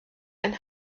ein